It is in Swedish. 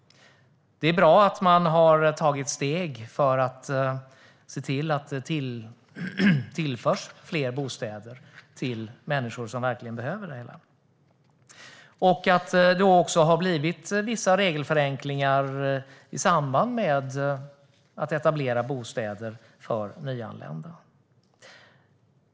Det är bra att det har tagits steg för att se till att det tillförs fler bostäder till människor som verkligen behöver det och att det har blivit vissa regelförenklingar i samband med etablerandet av bostäder för nyanlända.